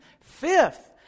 Fifth